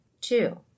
Two